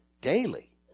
daily